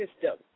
system